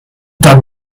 that